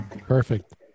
Perfect